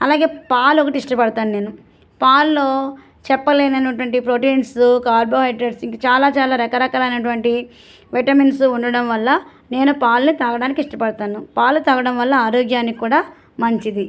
అలాగే పాలు ఒకటి ఇష్టపడతాను నేను పాలలో చెప్పలేనటువంటి ప్రోటీన్స్ కార్బోహైడ్రేట్స్ ఇంకా చాలా చాలా రకరకాల అయినటువంటి విటమిన్స్ ఉండడం వల్ల నేను పాలను తాగడానికి ఇష్టపడతాను పాలు తాగడం వల్ల ఆరోగ్యానికి కూడా మంచిది